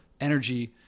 energy